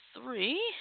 three